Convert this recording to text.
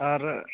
ᱟᱨ